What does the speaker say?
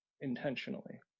intentionally